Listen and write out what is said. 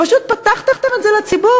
פשוט פתחתם את זה לציבור,